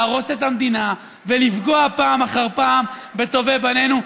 להרוס את המדינה ולפגוע פעם אחר פעם בטובי בנינו.